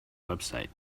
website